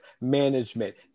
management